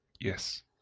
Yes